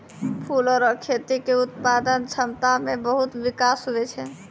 फूलो रो खेती के उत्पादन क्षमता मे बहुत बिकास हुवै छै